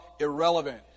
irrelevant